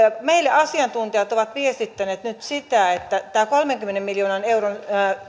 meille asiantuntijat ovat viestittäneet nyt sitä että tämä kolmenkymmenen miljoonan euron